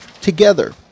together